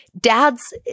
Dads